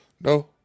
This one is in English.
No